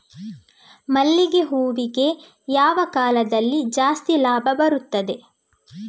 ಮಲ್ಲಿಗೆ ಹೂವಿಗೆ ಯಾವ ಕಾಲದಲ್ಲಿ ಜಾಸ್ತಿ ಲಾಭ ಬರುತ್ತದೆ?